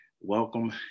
Welcome